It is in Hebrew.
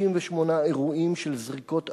50 אירועים של זריקות אבנים,